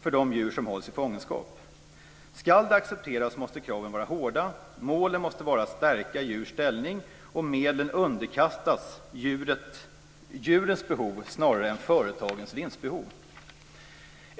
för de djur som hålls i fångenskap. Om det ska accepteras måste kraven vara hårda. Målet måste vara att stärka djurs ställning och medlen måste underkastas djurens behov snarare än företagens vinstbehov.